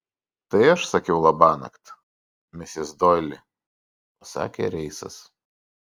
tai aš sakiau labanakt misis doili pasakė reisas